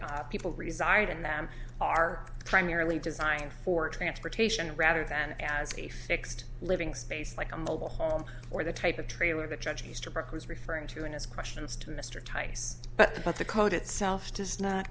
op people reside in them are primarily designed for transportation rather than as a fixed living space like a mobile home or the type of trailer the judge mr parker is referring to in his questions to mr tice but about the code itself does not